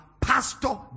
Pastor